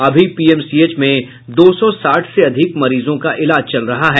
अभी पीएमसीएच में दो सौ साठ से अधिक मरीजों का इलाज चल रहा है